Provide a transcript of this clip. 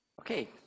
Okay